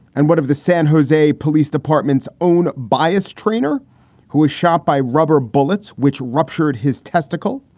and what if the san jose police department's own bias trainer who was shot by rubber bullets which ruptured his testicle?